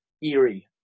eerie